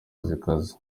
zikaze